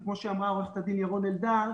וכמו שאמרה עורכת הדין ירון-אלדר,